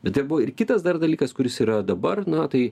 bet tai buvo ir kitas dar dalykas kuris yra dabar na tai